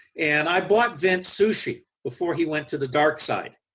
and, i bought vint sushi before he went to the dark side.